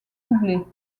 doublés